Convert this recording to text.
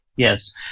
Yes